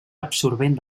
absorbent